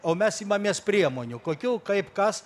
o mes imamės priemonių kokių kaip kas